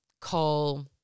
call